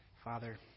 Father